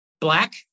black